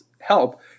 help